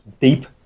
deep